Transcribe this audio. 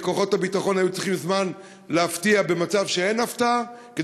כי כוחות הביטחון היו צריכים זמן להפתיע במצב שאין הפתעה,